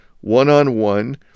one-on-one